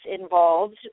involved